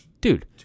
dude